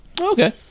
Okay